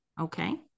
Okay